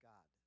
God